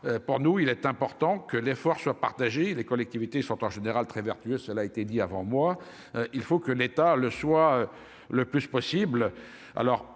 pour nous, il est important que l'effort soit partagé les collectivités sont en général très vertueux, cela a été dit avant moi, il faut que l'état le soient le plus possible,